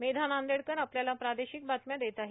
मेधा नांदेडकर आपल्याला प्रादेशिक बातम्या देत आहे